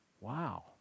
Wow